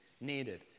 needed